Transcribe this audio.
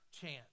chance